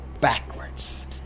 backwards